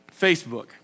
Facebook